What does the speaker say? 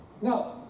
Now